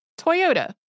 Toyota